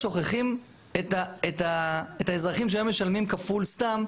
שוכחים את האזרחים שהיו משלמים כפול סתם.